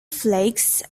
flakes